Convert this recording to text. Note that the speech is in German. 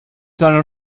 seine